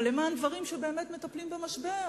אבל למען דברים שבאמת מטפלים במשבר,